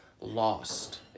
lost